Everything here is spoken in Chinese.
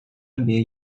分别